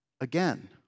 again